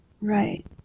Right